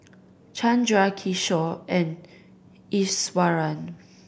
Chanda Kishore and Iswaran